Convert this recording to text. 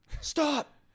stop